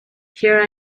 here